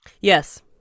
Yes